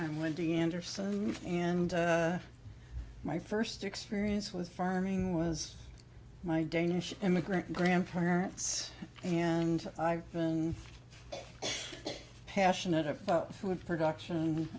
i'm wendy anderson and my first experience was farming was my danish immigrant grandparents and i've been passionate of food production